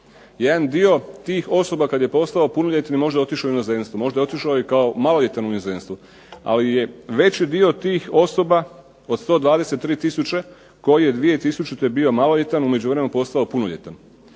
Jedan dio tih osoba kad je postao punoljetan je možda otišao u inozemstvo, možda je otišao i kao maloljetan u inozemstvo, ali je veći dio tih osoba od 123 tisuće koji je 2000. bio maloljetan u međuvremenu postao punoljetan.